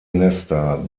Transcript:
nester